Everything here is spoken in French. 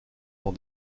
dans